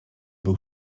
był